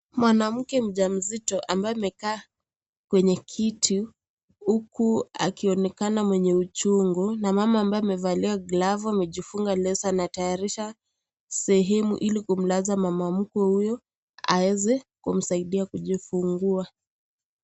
Mwanamke mjamzito akiwa amekaa kwenye kiti huku akionekana mwenye uchungu. Na mama ambaye amevalia glovu, amejifunga leso anatayarisha sehemu Ili kumlaza mama mkwe huyo aeze kumsaidia kujifungua.